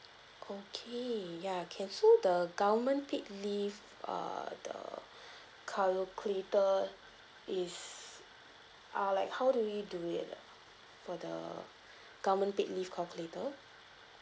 okay ya can so the government paid leave err the calculator is are like how do we do it for the government paid leave calculator